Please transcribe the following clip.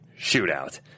shootout